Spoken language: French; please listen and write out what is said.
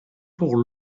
pour